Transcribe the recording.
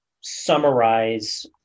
summarize